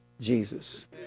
Jesus